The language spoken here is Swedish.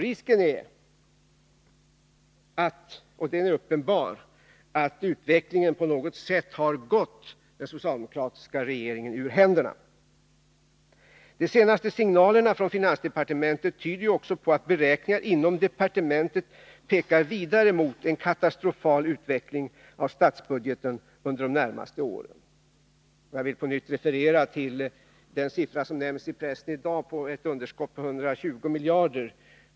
Risken är uppenbar att utvecklingen på något sätt har gått den socialdemokratiska regeringen ur händerna. De senaste signalerna från finansdepartementet tyder också på att beräkningar inom departementet pekar vidare mot en katastrofal utveckling av statsbudgeten under de närmaste åren. Jag vill på nytt referera till den siffra som i dag nämns i pressen, där det talas om ett underskott på 120 miljarder.